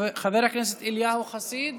חבר הכנסת אליהו חסיד,